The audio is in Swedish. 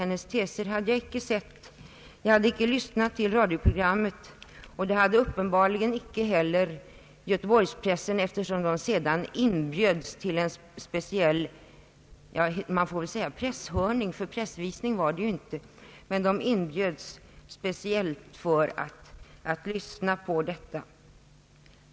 Hennes teser hade jag inte sett. Jag hade inte lyssnat på radioprogrammet. Det hade uppenbarligen inte heller Göteborgspressen, eftersom den sedan inbjöds till en speciell presshörning. Man får väl kalla det så, ty någon pressvisning var det ju inte.